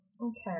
Okay